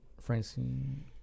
Francine